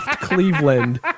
Cleveland